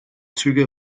züge